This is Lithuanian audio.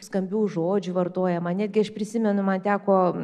skambių žodžių vartojama netgi aš prisimenu man teko